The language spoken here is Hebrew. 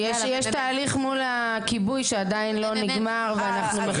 יש תהליך מול הכיבוי שעדיין לא נגמר ואנחנו מחכים,